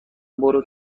برو